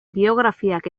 biografiak